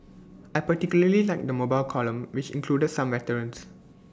I particularly liked the mobile column which included some veterans